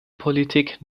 politik